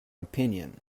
opinion